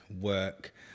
work